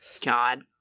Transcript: God